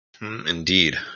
indeed